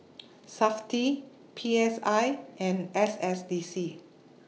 Safti P S I and S S D C